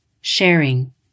sharing